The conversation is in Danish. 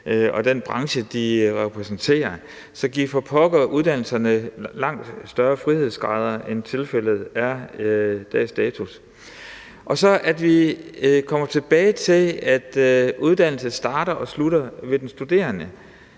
og den branche, de repræsenterer. Så giv for pokker uddannelsesinstitutionerne langt større frihedsgrader, end tilfældet er pr. dags dato. Og lad os komme tilbage til, at uddannelse starter og slutter ved den studerende,